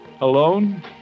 Alone